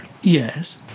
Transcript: Yes